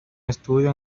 estudio